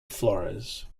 flores